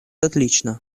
отлично